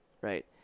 right